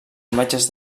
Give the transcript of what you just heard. imatges